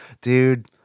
Dude